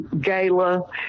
gala